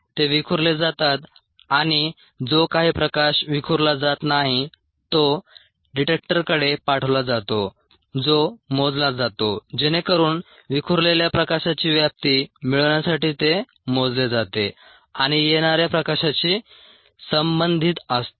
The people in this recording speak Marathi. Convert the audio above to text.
ते विखुरले जातात आणि जो काही प्रकाश विखुरला जात नाही तो डिटेक्टरकडे पाठवला जातो जो मोजला जातो जेणेकरून विखुरलेल्या प्रकाशाची व्याप्ती मिळविण्यासाठी ते मोजले जाते आणि येणार्या प्रकाशाशी संबंधित असते